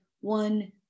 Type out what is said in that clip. one